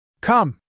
Come